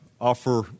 offer